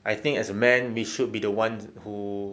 I think as a man we should be the ones who